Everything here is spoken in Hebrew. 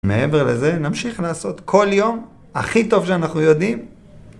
מעבר לזה, נמשיך לעשות כל יום הכי טוב שאנחנו יודעים.